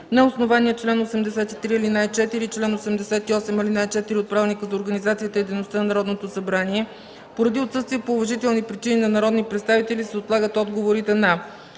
На основание чл. 83, ал. 4 и чл. 88, ал. 4 от Правилника за организацията и дейността на Народното събрание, поради отсъствие по уважителни причини на народни представители, се отлагат отговорите на: